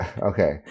Okay